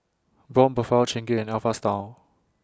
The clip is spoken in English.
Braun Buffel Chingay and Alpha Style